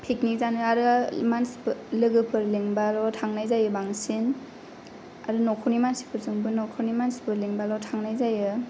picnic जानो आरो मानसिफोर लोगोफोर लिंबाल' थांनाय जायो बांसिन आरो न'खरनि मानसिफोरजोंबो न'खरनि मानसिफोर लिंब्लाल' थांनाय जायो